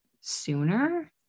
sooner